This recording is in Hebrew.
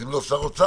אז אם לא שר האוצר,